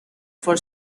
for